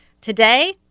today